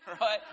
right